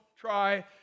try